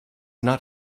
not